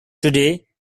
today